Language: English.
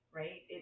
right